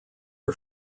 are